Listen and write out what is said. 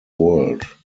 world